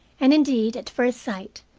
and indeed, at first sight,